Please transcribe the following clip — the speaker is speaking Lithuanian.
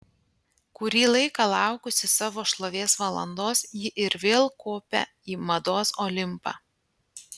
kurį laiką laukusi savo šlovės valandos ji ir vėl kopią į mados olimpą